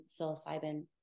psilocybin